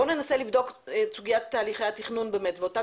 בואו ננסה לבדוק את סוגיית תהליכי התכנון ואת אותה